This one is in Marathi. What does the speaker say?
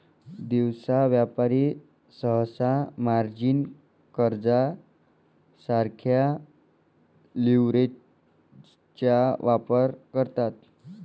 दिवसा व्यापारी सहसा मार्जिन कर्जासारख्या लीव्हरेजचा वापर करतात